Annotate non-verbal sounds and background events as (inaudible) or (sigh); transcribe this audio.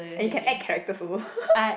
and you can add characters also (laughs)